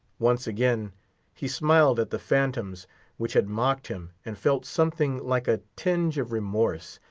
once again he smiled at the phantoms which had mocked him, and felt something like a tinge of remorse,